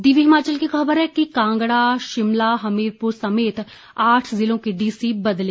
दिव्य हिमाचल की खबर है कांगड़ा शिमला हमीरपुर समेत आठ जिलों के डीसी बदले